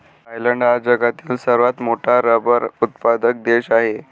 Thailand हा जगातील सर्वात मोठा रबर उत्पादक देश आहे